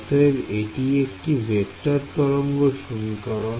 অতএব এটি একটি ভেক্টর তরঙ্গ সমীকরণ